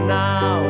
now